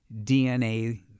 DNA